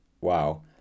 wow